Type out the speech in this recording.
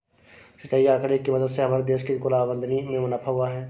सिंचाई आंकड़े की मदद से हमारे देश की कुल आमदनी में मुनाफा हुआ है